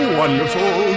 wonderful